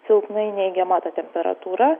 silpnai neigiama ta temperatūra